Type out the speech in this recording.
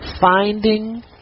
finding